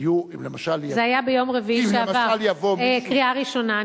זה היה ביום רביעי שעבר בקריאה ראשונה.